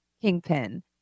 Kingpin